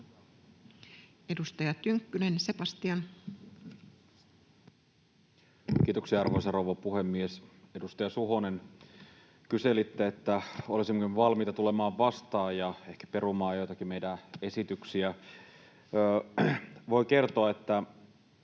01:16 Content: Kiitoksia, arvoisa rouva puhemies! Edustaja Suhonen, kyselitte, olisimmeko valmiita tulemaan vastaan ja ehkä perumaan joitakin meidän esityksiämme. Voin kertoa, että